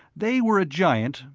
they were a giant,